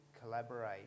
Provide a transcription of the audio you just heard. collaborate